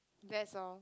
that's all